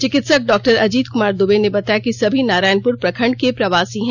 चिकित्सक डॉक्टर अजीत कुमार दुबे ने बताया कि सभी नारायणपुर प्रखंड के प्रवासी हैं